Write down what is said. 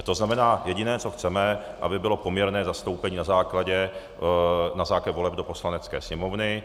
To znamená, jediné, co chceme, aby bylo poměrné zastoupení na základě voleb do Poslanecké sněmovny.